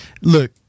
Look